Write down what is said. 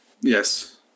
Yes